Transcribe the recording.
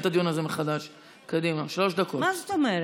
מה זאת אומרת?